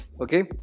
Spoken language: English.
okay